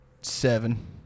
Seven